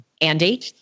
Andy